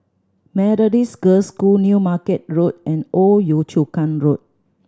Methodist Girls' School New Market Road and Old Yio Chu Kang Road